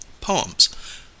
poems